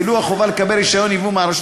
ואילו החובה לקבל רישיון ייבוא מהרשות